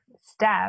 step